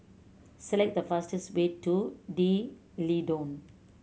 select the fastest way to D'Leedon